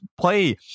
play